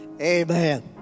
Amen